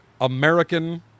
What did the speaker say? American